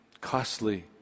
Costly